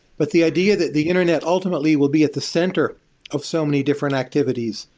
but the idea that the internet ultimately will be at the center of so many different activities,